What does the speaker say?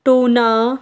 tuna